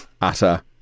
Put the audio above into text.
utter